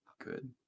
good